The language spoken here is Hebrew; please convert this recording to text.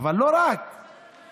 אבל לא רק זה,